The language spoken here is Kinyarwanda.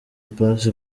ipasi